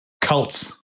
cults